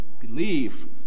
believe